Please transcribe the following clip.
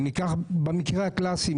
ניקח מקרה קלאסי,